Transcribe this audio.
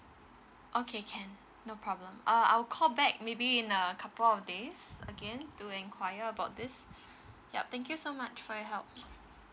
okay can no problem uh I'll call back maybe in a couple of days again to enquire about this yup thank you so much for your help